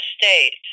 state